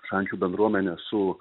šančių bendruomenę su